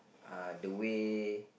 uh the way